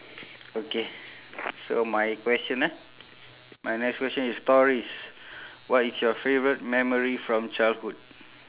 okay so my question ah my next questions is stories what is your favourite memory from childhood